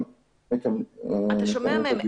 כן מקיימים דיונים --- אתה שומע מהם,